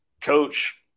coach